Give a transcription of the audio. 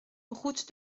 route